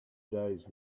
days